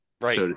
Right